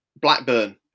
Blackburn